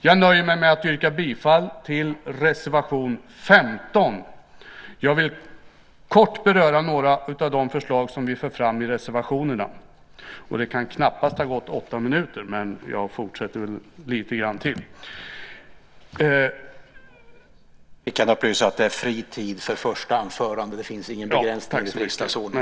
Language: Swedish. Jag nöjer mig med att yrka bifall till reservation 15.